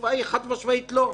התשובה היא חד-משמעית לא.